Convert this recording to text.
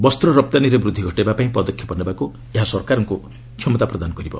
ବସ୍ତ ରପ୍ତାନୀରେ ବୃଦ୍ଧି ଘଟାଇବା ପାଇଁ ପଦକ୍ଷେପ ନେବାକୁ ଏହା ସରକାରଙ୍କୁ କ୍ଷମତା ପ୍ରଦାନ କରିବ